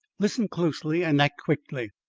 listen closely and act quickly.